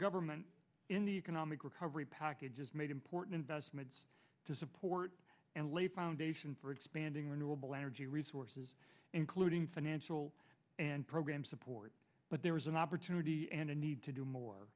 government in the economic recovery package has made important investments to support and lay foundation for expanding renewable energy resources including financial and programme support but there is an opportunity and a need to do more